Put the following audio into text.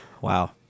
Wow